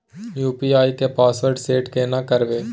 UPI के password set केना करबे?